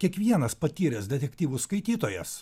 kiekvienas patyręs detektyvų skaitytojas